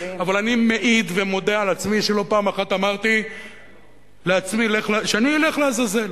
אבל אני מעיד ומודה על עצמי שלא פעם אחת אמרתי לעצמי: שאני אלך לעזאזל,